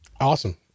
Awesome